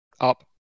up